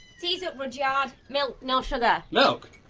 tea's up, rudyard. milk, no sugar. milk?